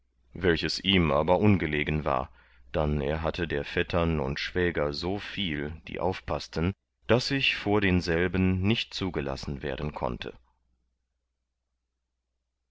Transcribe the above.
welches ihm aber ungelegen war dann er hatte der vettern und schwäger so viel die aufpaßten daß ich vor denselben nicht zugelassen werden konnte